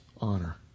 honor